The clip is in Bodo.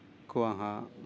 खौ आंहा